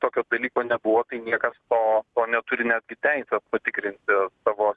tokio dalyko nebuvo tai niekas to to neturi netgi teisės patikrinti tavo